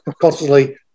constantly